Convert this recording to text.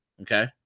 Okay